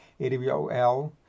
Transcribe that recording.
AWOL